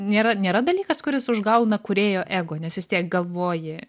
nėra nėra dalykas kuris užgauna kūrėjo ego nes vis tiek galvoji